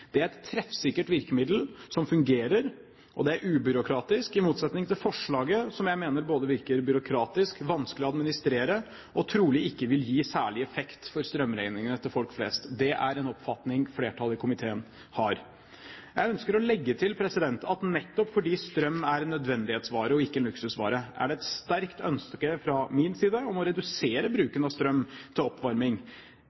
Det er et treffsikkert virkemiddel, som fungerer, og det er ubyråkratisk, i motsetning til forslaget, som jeg mener både virker byråkratisk, vanskelig å administrere og trolig ikke vil gi særlig effekt for strømregningene til folk flest. Det er en oppfatning et flertall i komiteen har. Jeg ønsker å legge til at nettopp fordi strøm er en nødvendighetsvare og ikke en luksusvare, er det et sterkt ønske fra min side å redusere